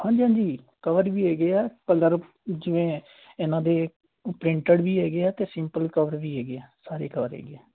ਹਾਂਜੀ ਹਾਂਜੀ ਕਵਰ ਵੀ ਹੈਗੇ ਆ ਕਲਰ ਜਿਵੇਂ ਇਹਨਾਂ ਦੇ ਪ੍ਰਿੰਟਡ ਵੀ ਹੈਗੇ ਆ ਅਤੇ ਸਿੰਪਲ ਕਵਰ ਵੀ ਹੈਗੇ ਆ ਸਾਰੇ ਕਵਰ ਹੈਗੇ ਆ